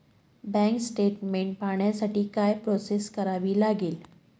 Bank statement पाहण्यासाठी काय process करावी लागेल?